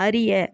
அறிய